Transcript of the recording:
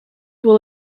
will